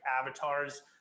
avatars